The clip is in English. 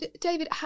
David